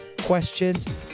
questions